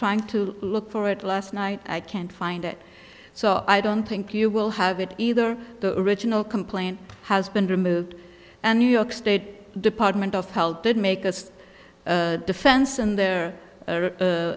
trying to look for it last night i can't find it so i don't think you will have it either the original complaint has been removed and new york state department of health did make a defense in their